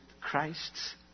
Christ's